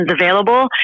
available